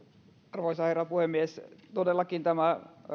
arvoisa herra puhemies todellakin tämä